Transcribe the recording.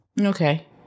okay